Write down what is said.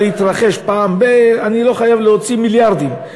להתרחש פעם ב- אני לא חייב להוציא מיליארדים.